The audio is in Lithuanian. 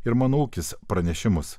ir mano ūkis pranešimus